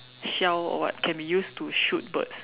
shell or what can be used to shoot birds